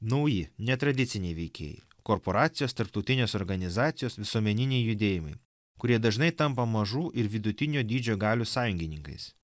nauji netradiciniai veikėjai korporacijos tarptautinės organizacijos visuomeniniai judėjimai kurie dažnai tampa mažų ir vidutinio dydžio galių sąjungininkais